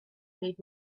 made